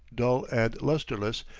dull and lusterless,